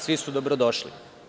Svi su dobrodošli.